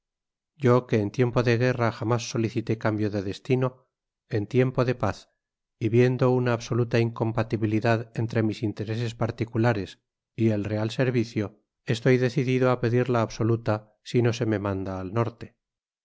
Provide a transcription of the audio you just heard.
yo que en tiempo de guerra jamás solicité cambio de destino en tiempo de paz y viendo una absoluta incompatibilidad entre mis intereses particulares y el real servicio estoy decidido a pedir la absoluta si no se me manda al norte